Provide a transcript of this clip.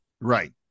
Right